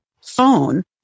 phone